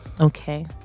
okay